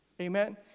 Amen